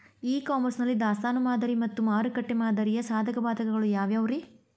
E commerce ನಲ್ಲಿ ದಾಸ್ತಾನು ಮಾದರಿ ಮತ್ತ ಮಾರುಕಟ್ಟೆ ಮಾದರಿಯ ಸಾಧಕ ಬಾಧಕಗಳ ಯಾವವುರೇ?